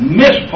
miss